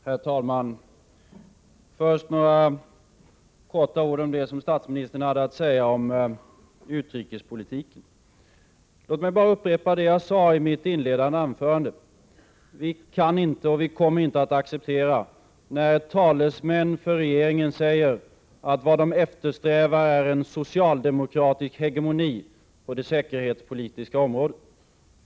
Herr talman! Först några ord om det som statsministern hade att säga om utrikespolitiken. Låt mig bara upprepa vad jag sade i mitt inledande anförande: Vi kan inte, och vi kommer inte, att acceptera att talesmän för regeringen säger att regeringen eftersträvar en socialdemokratisk hegemoni på det säkerhetspolitiska området.